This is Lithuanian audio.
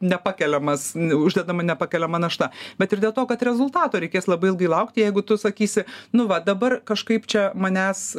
nepakeliamas uždedama nepakeliama našta bet ir dėl to kad rezultato reikės labai ilgai laukti jeigu tu sakysi nu va dabar kažkaip čia manęs